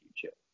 future